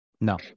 No